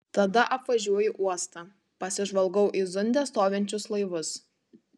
tada apvažiuoju uostą pasižvalgau į zunde stovinčius laivus